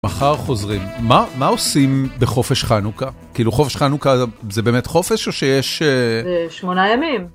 מחר חוזרים, מה-מה עושים בחופש חנוכה? כאילו חופש חנוכה זה באמת חופש או שיש, א... זה שמונה ימים.